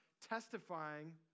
testifying